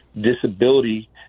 disability